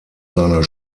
seiner